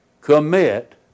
commit